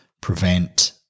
prevent